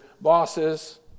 bosses